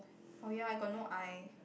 oh ya I got no eye